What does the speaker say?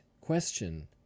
question